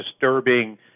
disturbing